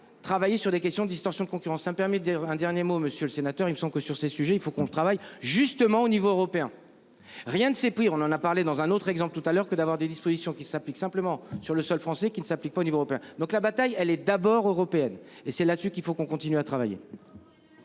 travailler sur des questions distorsion de concurrence un permis de. Un dernier mot monsieur le sénateur. Ils sont que sur ces sujets, il faut qu'on le travaille justement au niveau européen. Rien ne s'est pris, on en a parlé dans un autre exemple, tout à l'heure que d'avoir des dispositions qui s'applique simplement sur le sol français qui ne s'applique pas au niveau européen, donc la bataille, elle est d'abord européenne et c'est là-dessus qu'il faut qu'on continue à travailler.